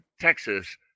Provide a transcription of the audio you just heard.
Texas